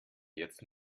jetzt